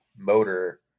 motor